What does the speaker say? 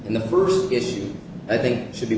in the first issue i think should be